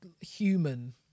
human